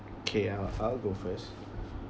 kay I'll I'll go first